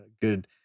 good